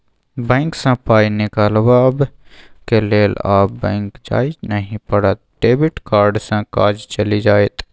bank सँ पाय निकलाबक लेल आब बैक जाय नहि पड़त डेबिट कार्डे सँ काज चलि जाएत